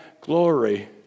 glory